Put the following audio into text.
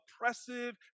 oppressive